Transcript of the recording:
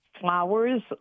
flowers